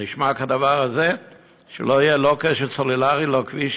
לא נשמע כדבר הזה שלא יהיה לא קשר סלולרי, לא כביש